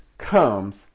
comes